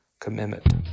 commitment